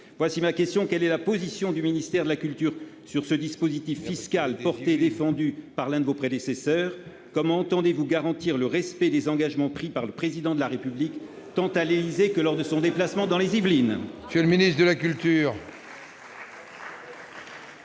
le ministre, quelle est la position du ministère de la culture sur ce dispositif fiscal, créé et défendu par l'un de vos prédécesseurs ? Comment entendez-vous garantir le respect des engagements pris par le Président de la République, tant à l'Élysée que lors de son déplacement dans les Yvelines ?